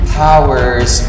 powers